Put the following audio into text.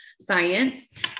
science